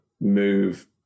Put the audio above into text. move